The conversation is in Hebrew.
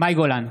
מאי גולן,